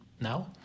now